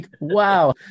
wow